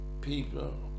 people